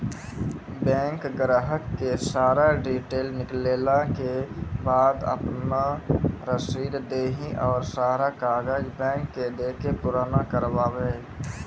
Bank ग्राहक के सारा डीटेल निकालैला के बाद आपन रसीद देहि और सारा कागज बैंक के दे के पुराना करावे?